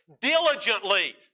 diligently